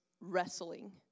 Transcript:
wrestling